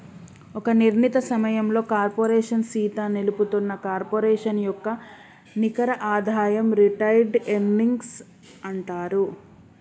ఒక నిర్ణీత సమయంలో కార్పోరేషన్ సీత నిలుపుతున్న కార్పొరేషన్ యొక్క నికర ఆదాయం రిటైర్డ్ ఎర్నింగ్స్ అంటారు